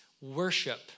worship